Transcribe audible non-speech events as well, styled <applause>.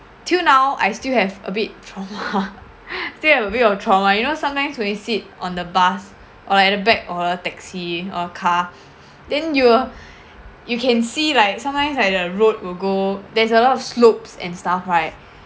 till now I still have a bit trauma <laughs> still have a bit of trauma you know sometimes when you sit on the bus or like the back or a taxi or car then you'll you can see like sometimes like the road will go there's a lot of slopes and stuff right